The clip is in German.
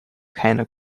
keiner